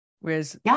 whereas